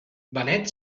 benet